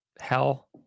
hell